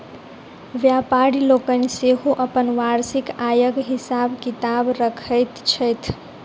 व्यापारि लोकनि सेहो अपन वार्षिक आयक हिसाब किताब रखैत छथि